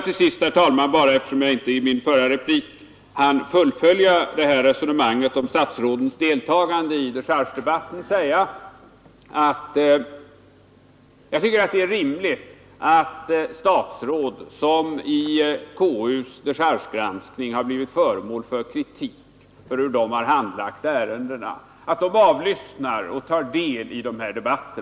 Till sist, herr talman, eftersom jag inte i min förra replik hann fullfölja resonemanget om statsrådens deltagande i dechargedebatten, vill jag nu säga att jag tycker det vore rimligt att statsråd som i konstitutionsutskottets dechargegranskning blivit föremål för kritik av hur de har handlagt ärenden avlyssnade och tog del i dessa debatter.